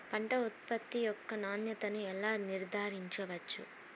పంట ఉత్పత్తి యొక్క నాణ్యతను ఎలా నిర్ధారించవచ్చు?